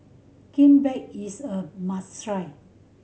kimbap is a must try